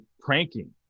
pranking